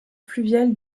fluvial